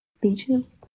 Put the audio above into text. beaches